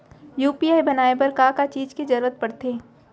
UPI बनाए बर का का चीज के जरवत पड़थे?